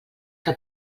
que